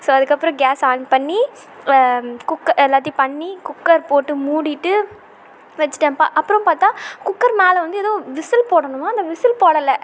so அதுக்கு அப்புறம் gas on பண்ணி குக் எல்லாத்தையும் பண்ணி குக்கர் போட்டு மூடிவிட்டு வச்சுட்டேன் பா அப்புறம் பார்த்தா குக்கர் மேலே வந்து எதோ விசில் போடணுமா அந்த விசில் போடலை